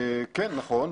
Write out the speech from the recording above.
כן, נכון.